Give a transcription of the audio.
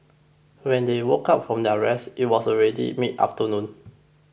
when they woke up from their rest it was already mid afternoon